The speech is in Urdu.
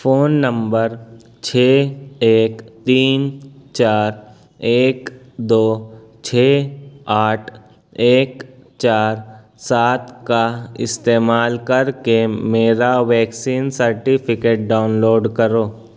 فون نمبر چھ ایک تین چار ایک دو چھ آٹھ ایک چار سات کا استعمال کر کے میرا ویکسین سرٹیفکیٹ ڈاؤن لوڈ کرو